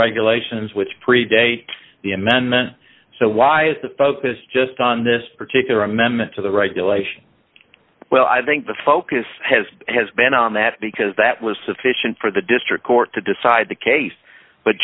regulations which predate the amendment so why is the focus just on this particular amendment to the regulation well i think the focus has has been on that because that was sufficient for the district court to decide the case but